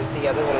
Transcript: the